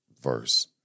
verse